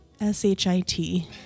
S-H-I-T